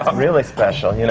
um really special, you know!